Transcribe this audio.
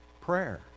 Prayer